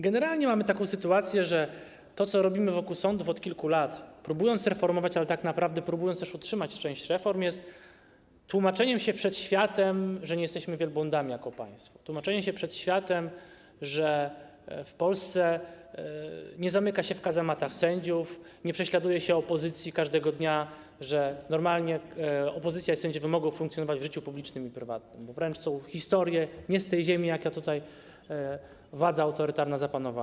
Generalnie mamy taką sytuację, że to, co robimy wokół sądów od kilku lat, próbując reformować, ale tak naprawdę próbując też utrzymać część reform, jest tłumaczeniem się przed światem, że nie jesteśmy wielbłądami jako państwo, tłumaczeniem się przed światem, że w Polsce nie zamyka się w kazamatach sędziów, nie prześladuje się opozycji każdego dnia, że normalnie opozycja i sędziowie mogą funkcjonować w życiu publicznym i prywatnym, bo są wręcz historie nie z tej ziemi, jaka tutaj władza autorytarna zapanowała.